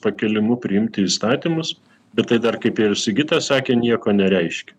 pakėlimu priimti įstatymus bet tai dar kaip ir sigita sakė nieko nereiškia